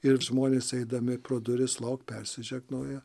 ir žmonės eidami pro duris lauk persižegnoja